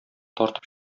тартып